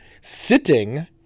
sitting